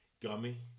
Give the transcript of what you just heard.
gummy